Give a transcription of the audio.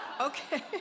Okay